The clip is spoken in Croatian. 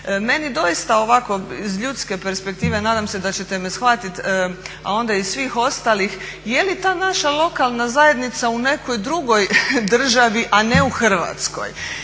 Meni doista ovako iz ljudske perspektive a nadam se da ćete me shvatiti a onda i svih ostalih je li ta naša lokalna zajednica u nekoj drugoj državi a ne u Hrvatskoj?